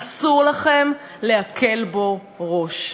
אסור לכם להקל בו ראש.